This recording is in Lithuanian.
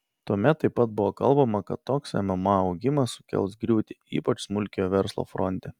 tuomet taip pat buvo kalbama kad toks mma augimas sukels griūtį ypač smulkiojo verslo fronte